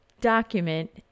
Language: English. document